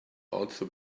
also